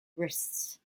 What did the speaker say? wrists